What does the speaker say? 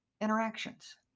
interactions